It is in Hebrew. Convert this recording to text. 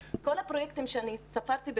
כל הפרויקטים שספרתי בפניכם,